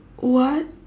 what